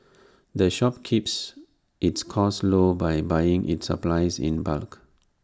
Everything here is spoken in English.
the shop keeps its costs low by buying its supplies in bulk